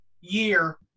year